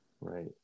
Right